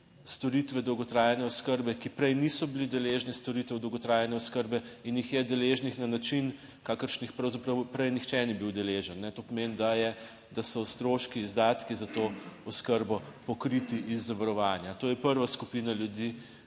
storitve dolgotrajne oskrbe, ki prej niso bili deležni storitev dolgotrajne oskrbe in jih je deležnih na način, kakršnih pravzaprav prej nihče ni bil deležen. To pomeni, da je, da so stroški, izdatki za to oskrbo pokriti iz zavarovanja. To je prva skupina ljudi,